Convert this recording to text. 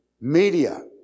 media